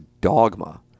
dogma